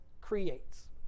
creates